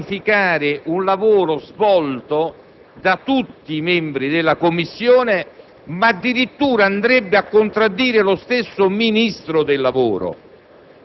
si parla in modo costante ed insistente di cultura della prevenzione, della cultura della salute nei luoghi del lavoro.